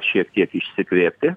šiek tiek išsikvėpti